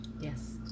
yes